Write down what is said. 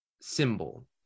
symbol